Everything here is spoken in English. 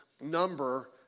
number